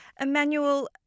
Emmanuel